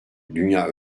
dünya